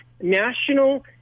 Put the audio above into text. national